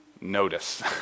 notice